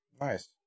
Nice